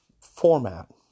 format